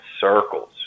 circles